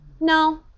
No